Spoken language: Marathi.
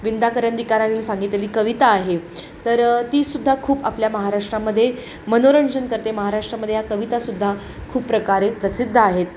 विंदा करंदिकरांनी सांगितलेली कविता आहे तर तीसुद्धा खूप आपल्या महाराष्ट्रामध्ये मनोरंजन करते महाराष्ट्रामध्ये या कवितासुद्धा खूप प्रकारे प्रसिद्ध आहेत